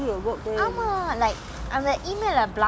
ஒனக்கு தெரியலனா:onakku theriyalana how you supposed to do your work then